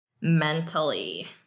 mentally